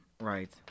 Right